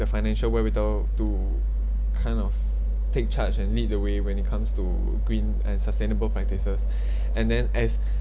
the financial wherewithal to kind of take charge and lead the way when it comes to green and sustainable practices and then as